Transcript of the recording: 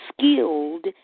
skilled